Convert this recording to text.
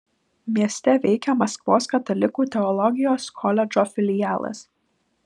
mieste veikia maskvos katalikų teologijos koledžo filialas